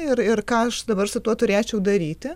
ir ir ką aš dabar su tuo turėčiau daryti